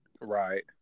Right